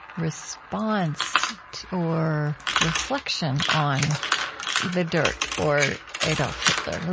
response or reflection on the dirt or adolph hitler?